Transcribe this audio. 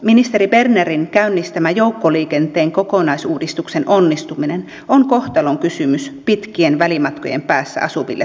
ministeri bernerin käynnistämän joukkoliikenteen kokonais uudistuksen onnistuminen on kohtalonkysymys pitkien välimatkojen päässä asuville suomalaisille